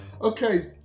Okay